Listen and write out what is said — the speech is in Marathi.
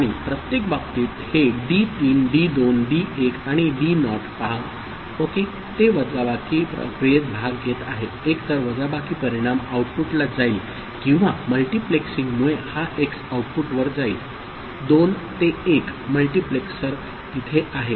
आणि प्रत्येक बाबतीत हे डी 3 डी 2 डी 1 आणि डी नॉट पहा ओके ते वजाबाकी प्रक्रियेत भाग घेत आहे एकतर वजाबाकी परिणाम आऊटपुटला जाईल किंवा मल्टीप्लेक्सिंगमुळे हा एक्स आउटपुट वर जाईल 2 ते 1 मल्टीप्लेसर तिथे आहे